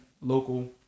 local